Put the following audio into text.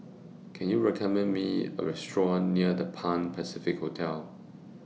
Can YOU recommend Me A Restaurant near The Pan Pacific Hotel